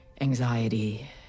anxiety